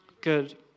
Good